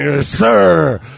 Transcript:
Sir